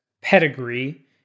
pedigree